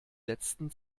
letzten